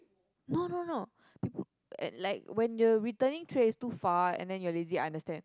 no no no people at like when the returning trays too far and then you're lazy I understand